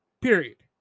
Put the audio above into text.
period